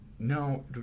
No